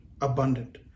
abundant